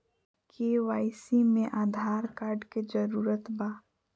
KYC में Aadhaar card के जरूरत बा?